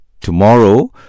tomorrow